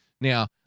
Now